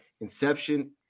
inception